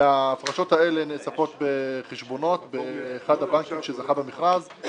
וההפרשות האלה נאספות בחשבונות באחד הבנקים שזכה במכרז.